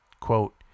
Quote